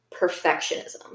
perfectionism